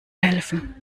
helfen